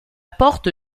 porte